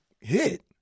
hit